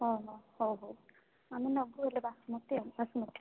ହଁ ହଁ ହଉ ହଉ ଆମେ ନେବୁ ହେଲେ ବାସୁମତୀ ଆଉ ବାସୁମତୀ